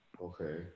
Okay